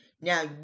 Now